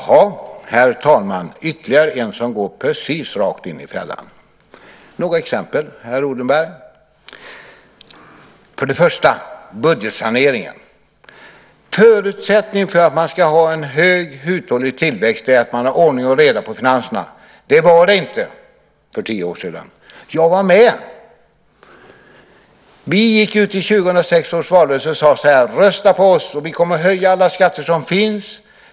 Herr talman! Jaha, ytterligare en som går precis rakt in i fällan. Låt mig ta några exempel, herr Odenberg. Först och främst har vi budgetsaneringen. Förutsättningen för att man ska ha en hög, uthållig tillväxt är att man har ordning och reda på finanserna. Det hade vi inte för tio år sedan. Jag var med. Vi gick ut i 1994 års valrörelse och sade: Rösta på oss! Vi kommer att höja alla skatter som finns.